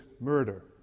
murder